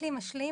ככלי משלים,